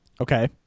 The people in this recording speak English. Okay